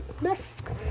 mask